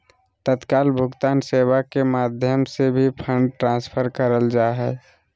तत्काल भुगतान सेवा के माध्यम से भी फंड ट्रांसफर करल जा हय